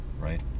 right